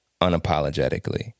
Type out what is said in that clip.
unapologetically